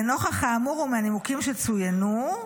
לנוכח האמור ומהנימוקים שצוינו,